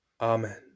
Amen